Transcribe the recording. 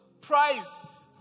price